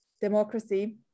democracy